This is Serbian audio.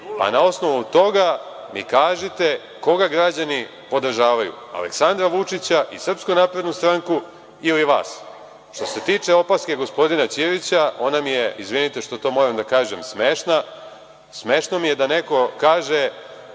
a na osnovu toga mi kažite koga građani podržavaju, Aleksandra Vučića i SNS ili vas. Što se tiče opaske gospodina Ćirića, ona mi je, izvinite što to moram da kažem, smešna. Smešno mi je da neko kaže